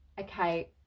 okay